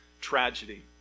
tragedy